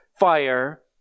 fire